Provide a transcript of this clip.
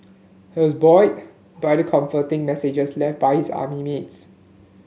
he was buoyed by the comforting messages left by his army mates